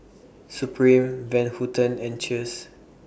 Supreme Van Houten and Cheers